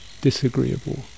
disagreeable